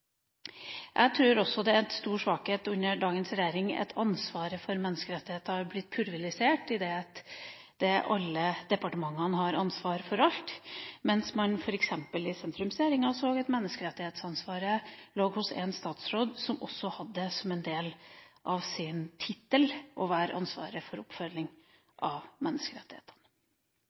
Jeg tror også det er en stor svakhet under dagens regjering at ansvaret for menneskerettigheter har blitt pulverisert, idet alle departementene har ansvar for alt, mens f.eks. under Sentrumsregjeringen lå menneskerettighetsansvaret hos én statsråd, som også hadde det som en del av sin tittel å være ansvarlig for oppfølging av menneskerettighetene.